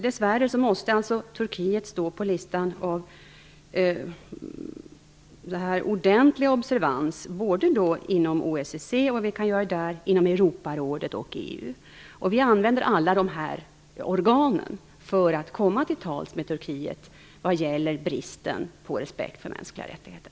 Dess värre måste alltså Turkiet fortfarande stå på listan över stater som vi måste ordentligt observera både inom OSSE, inom Europarådet och inom EU. Vi använder alla dessa organ för att komma till tals med Turkiet om bristen på respekt för mänskliga rättigheter.